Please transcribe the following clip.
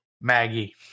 maggie